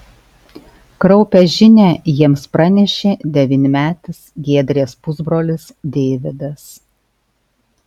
kraupią žinią jiems pranešė devynmetis giedrės pusbrolis deividas